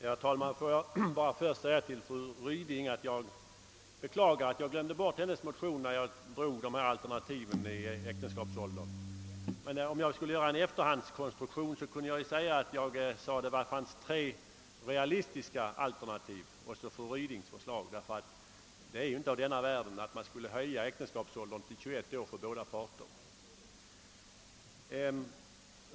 Herr talman! Får jag först säga till fru Ryding att jag beklagar att jag glömde bort hennes motion när jag tog upp de olika alternativen för äktenskapsålder. Om jag gör en efterhandskonstruktion skulle jag kunna förmena att jag tidigare sade att det endast finns tre realistiska alternativ — dessutom finns fru Rydings förslag. Det är inte ett förslag av denna världen att man skall höja äktenskapsåldern till 21 år för båda parter.